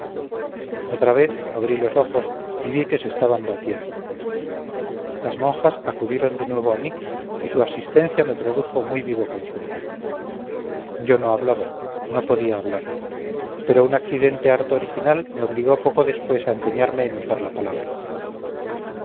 otra vez abrí los ojos y vi que se estaban batiendo las monjas acudieron de nuevo a mí y su asistencia me produjo muy vivo consuelo yo no hablaba no podía hablar pero un accidente harto original me obligó poco después a empeñarme en usar la palabra